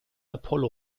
apollo